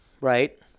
right